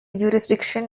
jurisdiction